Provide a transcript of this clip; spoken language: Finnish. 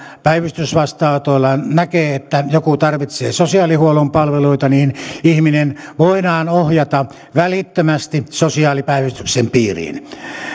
päivystysvastaanotoillaan näkee että joku tarvitsee sosiaalihuollon palveluita niin ihminen voidaan ohjata välittömästi sosiaalipäivystyksen piiriin